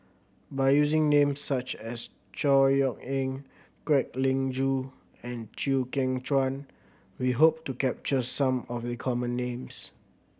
by using names such as Chor Yeok Eng Kwek Leng Joo and Chew Kheng Chuan we hope to capture some of the common names